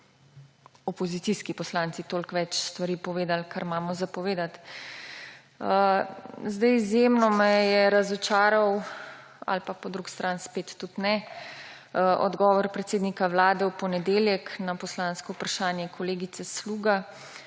opozicijski poslanci toliko več stvari povedali, kar imamo za povedati. Izjemno me je razočaral ali pa po drugi strani spet tudi ne, odgovor predsednika vlade v ponedeljek na poslansko vprašanje kolegice Sluga,